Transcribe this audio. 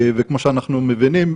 וכמו שאנחנו מבינים,